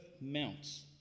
mounts